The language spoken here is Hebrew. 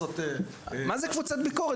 מה זה "קבוצת ביקורת"?